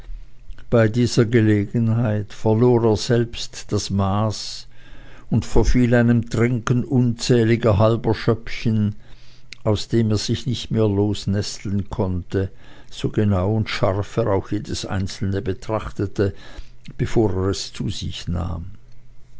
bei dieser gelegenheit verlor er selbst das maß und verfiel einem trinken unzähliger halber schöppchen aus dem er sich nicht mehr losnesteln konnte so genau und scharf er auch jedes einzelne betrachtete bevor er es zu sich nahm